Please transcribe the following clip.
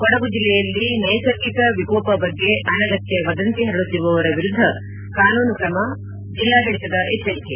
ಕೊಡಗು ಜಿಲ್ಲೆಯಲ್ಲಿ ನೈಸರ್ಗಿಕ ವಿಕೋಪ ಬಗ್ಗೆ ಅನಗತ್ಯ ವದಂತಿ ಹರಡುತ್ತಿರುವವರ ವಿರುದ್ದ ಕಾನೂನು ಕ್ರಮ ಜಿಲ್ಲಾಡಳಿತದ ಎಚ್ಚರಿಕೆ